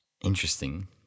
Interesting